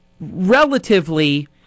relatively